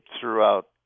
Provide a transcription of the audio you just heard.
throughout